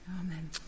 Amen